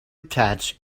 attach